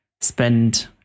spend